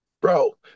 bro